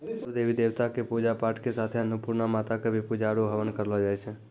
सब देवी देवता कॅ पुजा पाठ के साथे अन्नपुर्णा माता कॅ भी पुजा आरो हवन करलो जाय छै